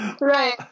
right